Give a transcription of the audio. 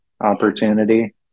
opportunity